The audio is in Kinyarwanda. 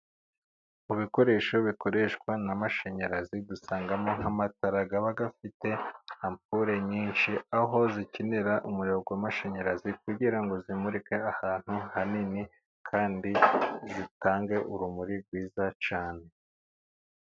Mu bikoresho bikoreshwa n'amashanyarazi dusangamo nk'amatara aba afite ampule nyinshi, aho akenera umuriro w'amashanyarazi kugira ngo amurike ahantu hanini, kandi atange urumuri rwiza cyane.